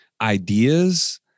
ideas